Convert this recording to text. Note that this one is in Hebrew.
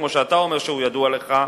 כמו שאתה אומר שידוע לך,